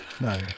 No